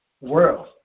world